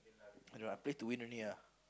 I don't know I play to win only ah